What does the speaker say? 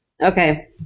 Okay